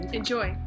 enjoy